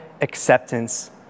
acceptance